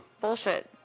Bullshit